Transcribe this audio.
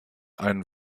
einen